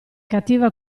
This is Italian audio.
cattiva